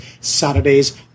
Saturdays